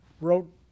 wrote